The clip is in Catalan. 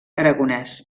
aragonès